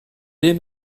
lait